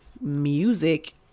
music